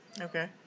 Okay